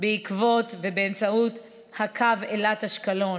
בעקבות ובאמצעות קו אילת אשקלון.